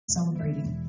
celebrating